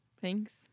thanks